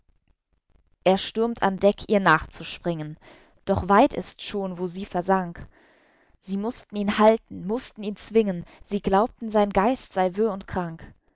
er stürmt an deck ihr nachzuspringen doch weit ist's schon wo sie versank sie mußten ihn halten mußten ihn zwingen sie glaubten sein geist sei wirr und krank